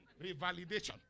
revalidation